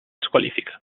squalifica